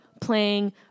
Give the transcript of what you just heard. playing